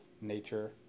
nature